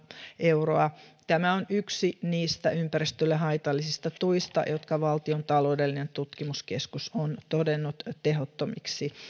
euroa tämä on yksi niistä ympäristölle haitallisista tuista jotka valtion taloudellinen tutkimuskeskus on todennut tehottomiksi